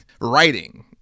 Writing